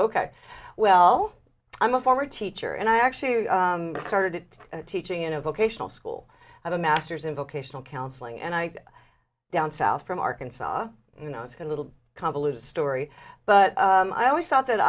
ok well i'm a former teacher and i actually started teaching in a vocational school have a master's in vocational counseling and i down south from arkansas you know it's been little convoluted story but i always thought that